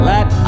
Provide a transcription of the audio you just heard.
Let